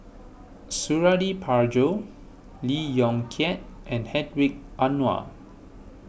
Suradi Parjo Lee Yong Kiat and Hedwig Anuar